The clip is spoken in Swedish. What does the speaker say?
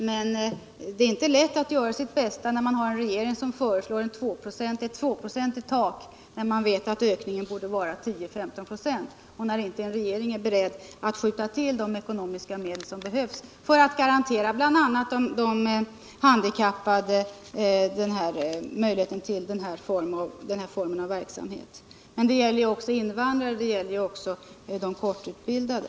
Men det är inte lätt att göra sitt bästa när man har en regering som föreslår ett 2-procentigt tak, då ökningen borde vara 10 å 15 26 och regeringen inte är beredd att skjuta till de ekonomiska medel som behövs för att garantera bl.a. de handikappade denna form av verksamhet. Det gäller också invandrare och de kortutbildade.